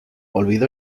olvido